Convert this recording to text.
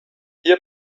ihr